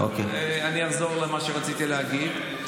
אני אחזור למה שרציתי להגיד.